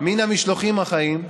מן המשלוחים החיים,